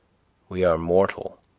we are mortal